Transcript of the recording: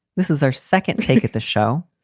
this is our second take at the show.